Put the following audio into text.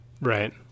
Right